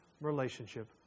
relationship